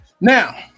Now